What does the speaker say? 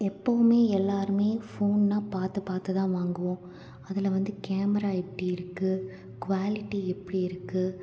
எப்பவுமே எல்லாருமே ஃபோனுனால் பார்த்து பார்த்துதான் வாங்குவோம் அதில் வந்து கேமரா எப்படி இருக்குது குவாலிட்டி எப்படி இருக்குது